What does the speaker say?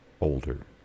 older